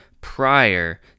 prior